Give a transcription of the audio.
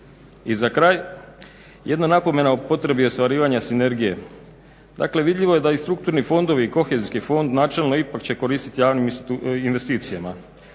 I za kraj, jedna napomena o potrebi ostvarivanja sinergije. Dakle vidljivo je da i strukturni fondovi i kohezijski fond načelno ipak će koristiti javnim investicijama